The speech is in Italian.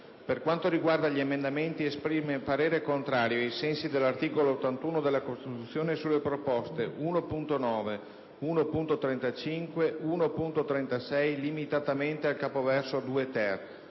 Per quanto riguarda gli emendamenti, esprime parere contrario, ai sensi dell'articolo 81 della Costituzione, sulle proposte 1.9, 1.35, 1.36 (limitatamente al capoverso 2-*ter*),